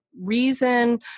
reason